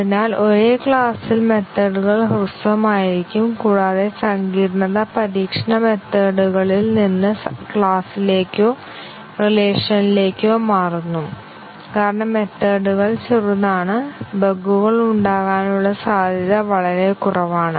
അതിനാൽ ഒരേ ക്ലാസ്സിൽ മെത്തേഡ്കൾ ഹ്രസ്വം ആയിരിക്കും കൂടാതെ സങ്കീർണത പരീക്ഷണ മെത്തേഡ്കളിൽ നിന്ന് ക്ലാസിലേക്കോ റിലേഷനിലേക്കൊ മാറുന്നു കാരണം മെത്തേഡ്കൾ ചെറുതാണ് ബഗുകൾ ഉണ്ടാകാനുള്ള സാധ്യത വളരെ കുറവാണ്